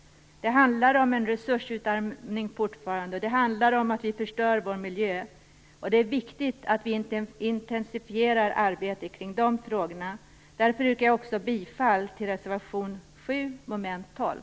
Det handlar fortfarande om en resursutarmning och att vi förstör vår miljö. Det är viktigt att arbetet intensifieras kring dessa frågor. Därför yrkar jag också bifall till reservation 7 mom. 12.